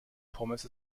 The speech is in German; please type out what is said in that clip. pommes